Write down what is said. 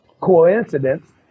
Coincidence